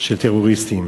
של טרוריסטים.